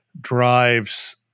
drives